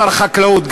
שר החקלאות,